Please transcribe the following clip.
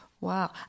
Wow